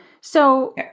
So-